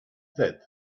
that